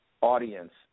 audience